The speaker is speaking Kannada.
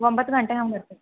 ಒಂಬತ್ತು ಗಂಟೆ ಹಾಂಗೆ ಬರ್ತೀನಿ